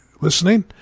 listening